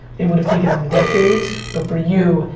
it would have taken them decades, but for you,